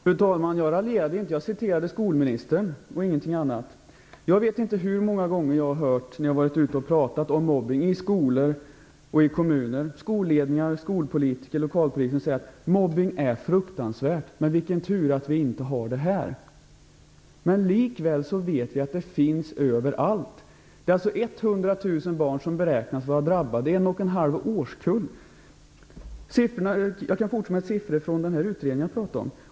Fru talman! Jag raljerade inte. Jag citerade bara skolministern, ingenting annat. Jag vet inte hur många gånger jag, när jag varit ute i skolor och talat med skolledningar, skolpolitiker och lokalpolitiker om mobbning, fått höra: Mobbning är fruktansvärt - men vilken tur att vi inte har någon sådan här. Likväl vet vi att den finns överallt. 100 000 barn eller en och en halv årskull beräknas vara drabbade. Jag kan fortsätta med några ytterligare siffror från den utredning som jag talat om.